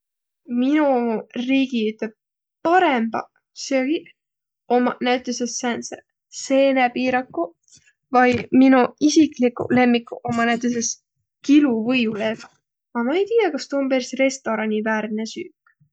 Mino riigi üteq parõmbaq söögiq ommaq näütüses sääntseq: seenepiiraguq, vai mino isikliguq lemmiguq ommaq näütüses kiluvõiuleeväq, a ma ei tiiäq, kas tuu om peris restorani väärne süük.